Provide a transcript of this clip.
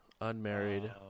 Unmarried